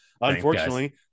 unfortunately